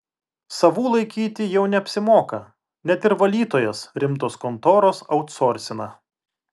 savų laikyti jau neapsimoka net ir valytojas rimtos kontoros autsorsina